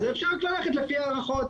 --- אפשר ללכת לפי ההנחות.